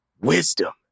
wisdom